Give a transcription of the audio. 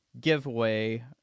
giveaway